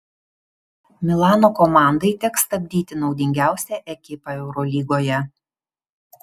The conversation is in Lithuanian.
milano komandai teks stabdyti naudingiausią ekipą eurolygoje